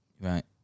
Right